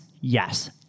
Yes